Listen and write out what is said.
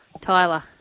Tyler